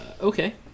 okay